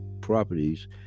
properties